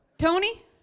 Tony